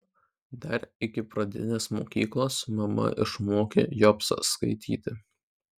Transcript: dar iki pradinės mokyklos mama išmokė jobsą skaityti